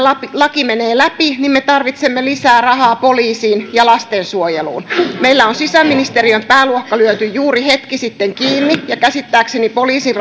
laki menee läpi niin me tarvitsemme lisää rahaa poliisiin ja lastensuojeluun meillä on sisäministeriön pääluokka lyöty juuri hetki sitten kiinni ja käsittääkseni poliisin